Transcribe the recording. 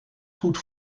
goed